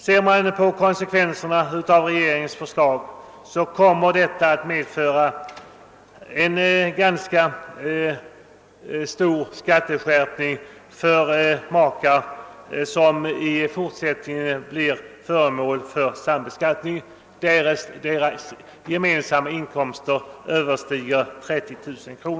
Om man ser på konsekvenserna av regeringens förslag kommer detta att medföra en ganska stor skatteskärpning för makar som i fortsättningen blir sambeskattade, därest deras gemensamma inkomster överstiger 30 000 kr.